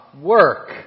work